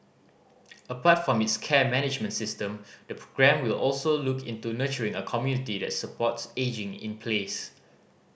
apart from its care management system the programme will also look into nurturing a community that supports ageing in place